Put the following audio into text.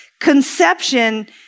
Conception